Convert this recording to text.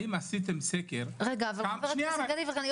האם עשיתם סקר- -- אבל חבר הכנסת יברקן,